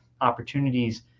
opportunities